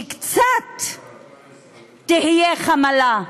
שקצת תהיה חמלה,